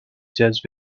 jazz